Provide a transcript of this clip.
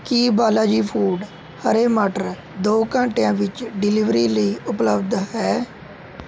ਕੀ Balaji food ਹਰੇ ਮਟਰ ਦੋ ਘੰਟਿਆਂ ਵਿੱਚ ਡਿਲੀਵਰੀ ਲਈ ਉਪਲਬਧ ਹੈ